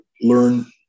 learn